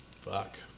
Fuck